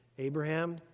Abraham